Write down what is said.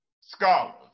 scholars